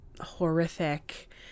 horrific